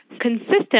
consistent